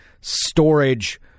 storage